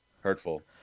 Hurtful